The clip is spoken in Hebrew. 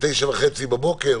ב-09:30 בבוקר,